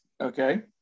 Okay